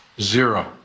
Zero